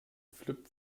flip